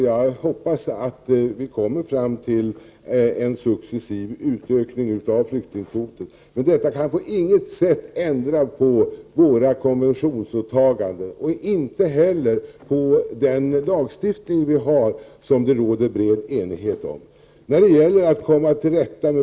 Jag hoppas att vi kommer fram till en successiv utökning av flyktingkvoten. Men detta kan på inget sätt ändra våra konventionsåtaganden och inte heller ändra den lagstiftning som vi har och som det råder bred enighet om.